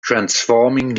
transforming